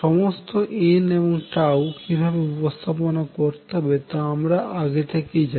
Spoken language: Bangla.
সমস্ত n এবং কিভাবে উপস্থাপন করতে হবে তা আমরা আগে থেকেই জানি